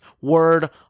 word